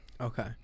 Okay